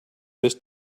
this